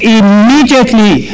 immediately